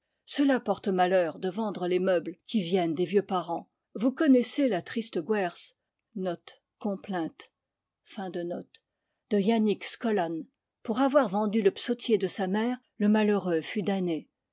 cela porte malheur de vendre les meubles qui viennent des vieux parents vous connaissez la triste gwerz de iannik scolan d pour avoir vendu le psautier de sa mère le malheureux fut damné